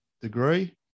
degree